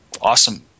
awesome